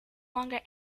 longer